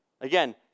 again